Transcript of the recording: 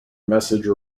message